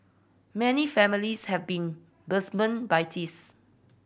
many families have been by